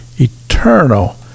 eternal